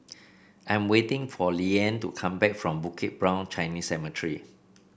I'm waiting for Liane to come back from Bukit Brown Chinese Cemetery